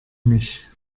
mich